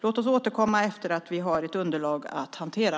Låt oss återkomma när vi har ett underlag att hantera.